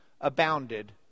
...abounded